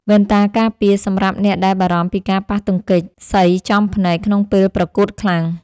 វ៉ែនតាការពារ សម្រាប់អ្នកដែលបារម្ភពីការប៉ះទង្គិចសីចំភ្នែកក្នុងពេលប្រកួតខ្លាំង។